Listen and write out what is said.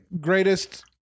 greatest